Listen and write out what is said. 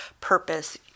purpose